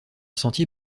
sentier